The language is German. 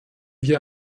wir